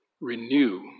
renew